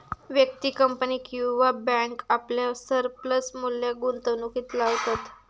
व्यक्ती, कंपनी किंवा बॅन्क आपल्या सरप्लस मुल्याक गुंतवणुकीत लावतत